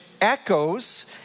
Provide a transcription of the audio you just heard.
echoes